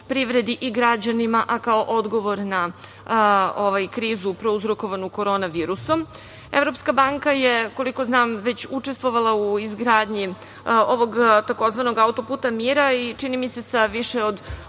privredi i građanima, a kao odgovor na krizu prouzrokovanu korona virusom. Evropska banka je, koliko znam, već učestvovala u izgradnji ovog tzv. Auto-puta mira čini mi se sa više od